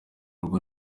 rugo